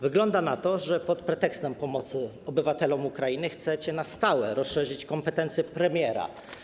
Wygląda na to, że pod pretekstem pomocy obywatelom Ukrainy chcecie na stałe rozszerzyć kompetencje premiera.